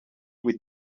with